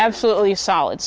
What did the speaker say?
absolutely solid